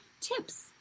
tips